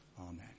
Amen